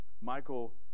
Michael